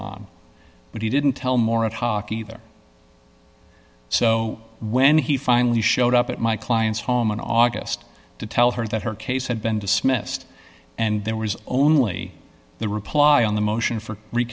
on but he didn't tell more of hockey either so when he finally showed up at my client's home in august to tell her that her case had been dismissed and there was only the reply on the motion for re